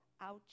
Ouch